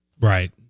right